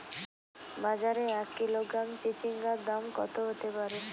বাজারে এক কিলোগ্রাম চিচিঙ্গার দাম কত হতে পারে?